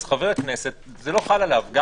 אז זה לא חל על חבר הכנסת,